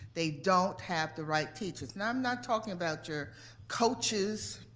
they don't have the right teachers. now, i'm not talking about your coaches.